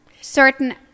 certain